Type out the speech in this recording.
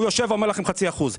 הוא יושב ואומר לכם חצי אחוז,